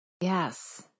Yes